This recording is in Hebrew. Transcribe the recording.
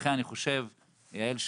לכן אני חושב יעל,